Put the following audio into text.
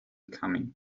coming